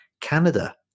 canada